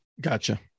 gotcha